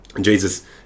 Jesus